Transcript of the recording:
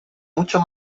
mucho